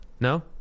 no